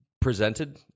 presented